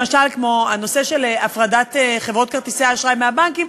למשל כמו הנושא של הפרדת חברות כרטיסי האשראי מהבנקים,